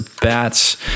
Bats